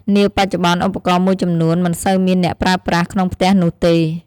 នាបច្ចុប្បន្នឧបករណ៍មួយចំនួនមិនសូវមានអ្នកប្រើប្រាស់ក្នុងផ្ទះនោះទេ។